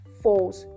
false